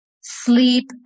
sleep